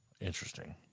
Interesting